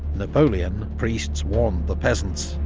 napoleon, priests warned the peasants,